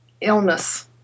illness